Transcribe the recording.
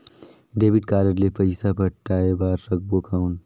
Debit card ले पइसा पटाय बार सकबो कौन?